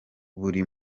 buri